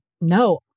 No